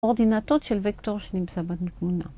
קואורדינטות של וקטור שנמצא ב...